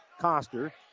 Coster